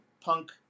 punk